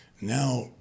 now